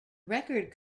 record